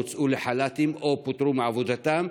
הוצאו לחל"ת או פוטרו מעבודתם,